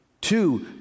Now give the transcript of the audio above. Two